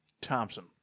Thompson